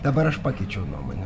dabar aš pakeičiau nuomonę